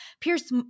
pierce